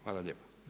Hvala lijepo.